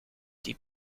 die